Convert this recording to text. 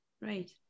Right